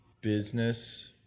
business